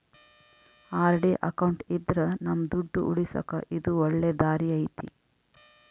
RD account ಇದ್ರ ನಮ್ ದುಡ್ಡು ಉಳಿಸಕ ಇದು ಒಳ್ಳೆ ದಾರಿ ಐತಿ